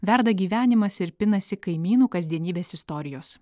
verda gyvenimas ir pinasi kaimynų kasdienybės istorijos